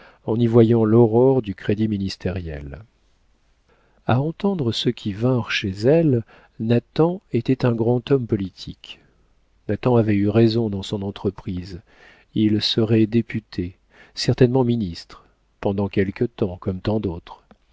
en y voyant l'aurore du crédit ministériel a entendre ceux qui vinrent chez elle nathan était un grand homme politique nathan avait eu raison dans son entreprise il serait député certainement ministre pendant quelque temps comme tant d'autres